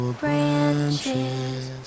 branches